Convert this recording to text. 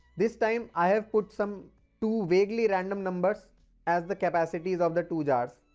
this time i have put some two vaguely random numbers as the capacities of the two jars.